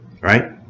Right